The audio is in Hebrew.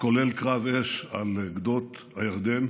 כולל קרב אש על גדות הירדן,